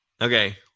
Okay